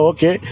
Okay